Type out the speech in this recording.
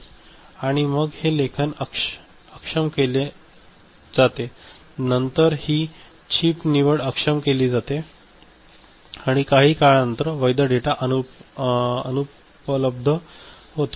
आणि मग हे लेखन अक्षम केले जाते नंतर ही चिप निवड अक्षम केली जाते आणि काही काळानंतर वैध डेटा अनुपलब्ध होतो